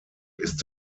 ist